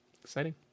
Exciting